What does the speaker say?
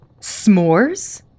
S'mores